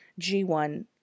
G1